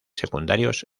secundarios